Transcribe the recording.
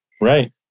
Right